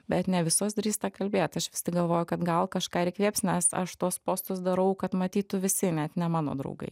bet ne visos drįsta kalbėt aš vis tik galvoju kad gal kažką ir įkvėps nes aš tuos postus darau kad matytų visi net ne mano draugai